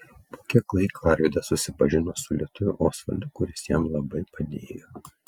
po kiek laiko arvydas susipažino su lietuviu osvaldu kuris jam labai padėjo